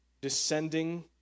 descending